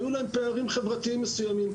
היו להם פערים חברתיים מסוימים,